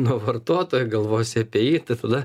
nuo vartotojo galvosi apie jį tada